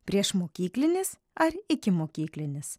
priešmokyklinis ar ikimokyklinis